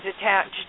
attached